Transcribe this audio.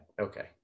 Okay